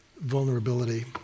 vulnerability